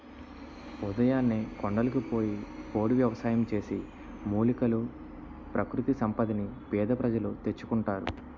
ఉదయాన్నే కొండలకు పోయి పోడు వ్యవసాయం చేసి, మూలికలు, ప్రకృతి సంపదని పేద ప్రజలు తెచ్చుకుంటారు